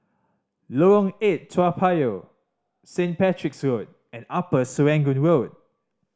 Lorong Eight Toa Payoh Saint Patrick's Road and Upper Serangoon Road